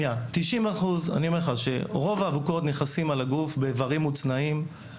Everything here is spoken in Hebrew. אני אומר לך שרוב האבוקות נכנסות על הגוף באיברים מוצנעים.